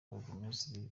burugumesitiri